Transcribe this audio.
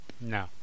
No